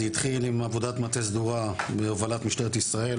זה התחיל עם עבודת מטה סדורה בהובלת משטרת ישראל,